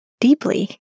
deeply